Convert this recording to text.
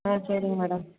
ஆ சரிங்க மேடம்